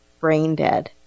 Braindead